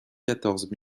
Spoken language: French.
quatorze